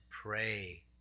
pray